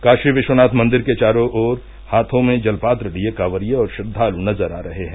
काशी विश्वनाथ मंदिर के चारो ओर हाथों में जलपात्र लिये कांवरिये और श्रद्वालु नजर आ रहे हैं